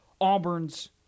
Auburn's